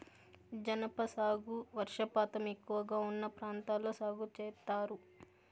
జనప సాగు వర్షపాతం ఎక్కువగా ఉన్న ప్రాంతాల్లో సాగు చేత్తారు